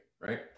right